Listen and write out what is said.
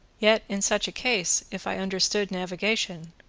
yet, in such a case, if i understood navigation,